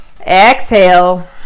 Exhale